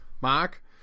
mark